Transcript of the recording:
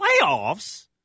playoffs